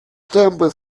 темпы